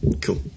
Cool